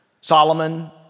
Solomon